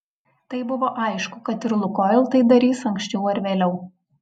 tai buvo aišku kad ir lukoil tai darys anksčiau ar vėliau